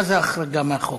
מה זאת ההחרגה מהחוק?